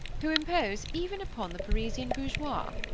who impose even upon the parisian bourgeois,